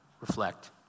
reflect